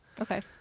okay